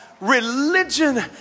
religion